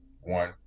one